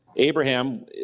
Abraham